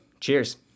Cheers